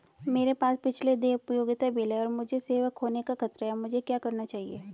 मेरे पास पिछले देय उपयोगिता बिल हैं और मुझे सेवा खोने का खतरा है मुझे क्या करना चाहिए?